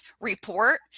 report